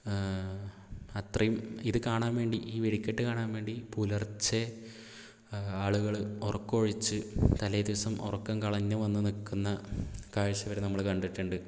അത്രയും ഇത് കാണാൻ വേണ്ടി ഈ വെടിക്കെട്ട് കാണാൻ വേണ്ടി പുലർച്ചെ ആളുകള് ഉറക്കമൊഴിച്ച് തലേ ദിവസം ഉറക്കം കളഞ്ഞ് വന്ന് നിൽക്കുന്ന കാഴ്ച്ച വരെ നമ്മൾ കണ്ടിട്ടുണ്ട്